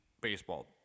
baseball